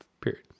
period